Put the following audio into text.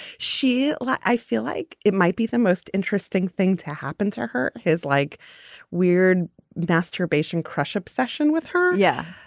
she. like i feel like it might be the most interesting thing to happen to her. his like weird masturbation crush obsession with her. yeah.